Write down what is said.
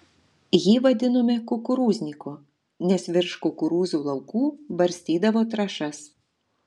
jį vadinome kukurūzniku nes virš kukurūzų laukų barstydavo trąšas